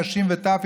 נשים וטף,